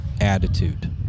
attitude